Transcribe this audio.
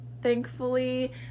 Thankfully